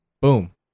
Boom